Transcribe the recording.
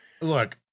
Look